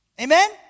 Amen